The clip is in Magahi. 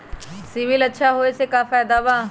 सिबिल अच्छा होऐ से का फायदा बा?